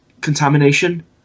Contamination